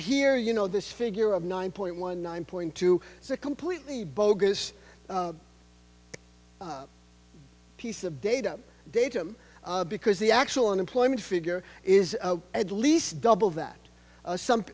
hear you know this figure of nine point one nine point two completely bogus piece of data datum because the actual unemployment figure is at least double that some